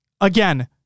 Again